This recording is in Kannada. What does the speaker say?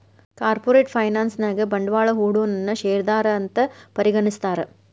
ಕಾರ್ಪೊರೇಟ್ ಫೈನಾನ್ಸ್ ನ್ಯಾಗ ಬಂಡ್ವಾಳಾ ಹೂಡೊನನ್ನ ಶೇರ್ದಾರಾ ಅಂತ್ ಪರಿಗಣಿಸ್ತಾರ